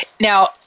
Now